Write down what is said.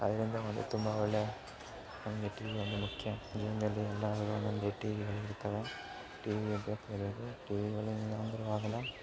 ಅದರಿಂದ ಒಂದು ತುಂಬ ಒಳ್ಳೆ ನಮಗೆ ಟಿವಿ ಒಂದು ಮುಖ್ಯ ಜೀವನದಲ್ಲಿ ಎಲ್ಲರಿಗೂ ಒಂದೊಂದು ಟಿವಿಗಳು ಇರ್ತವೆ ಟಿವಿ ಒಂದು ಇರಬೇಕು ಟಿವಿಗಳು ಇಲ್ಲ ಅಂದರು ಆಗಲ್ಲ